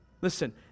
Listen